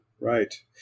right